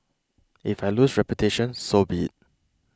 if I lose reputation so be it